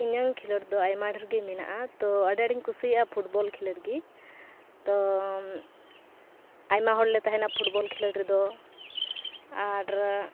ᱤᱧᱟᱹᱝ ᱠᱷᱮᱞᱳᱰ ᱫᱚ ᱟᱭᱢᱟ ᱰᱷᱮᱨ ᱜᱮ ᱢᱮᱱᱟᱜᱼᱟ ᱛᱚ ᱟᱹᱰᱤ ᱟᱸᱴᱤᱧ ᱠᱩᱥᱤᱭᱟᱜᱼᱟ ᱯᱷᱩᱴᱵᱚᱞ ᱠᱷᱮᱞᱳᱰ ᱜᱮ ᱛᱚ ᱟᱭᱢᱟ ᱦᱚᱲᱞᱮ ᱛᱟᱦᱮᱱᱟ ᱯᱷᱩᱴᱵᱚᱞ ᱠᱷᱮᱞᱳᱰ ᱨᱮᱫᱚ ᱟᱨ